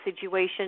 situation